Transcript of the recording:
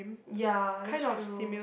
ya that's true